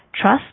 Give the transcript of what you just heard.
Trust